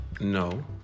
No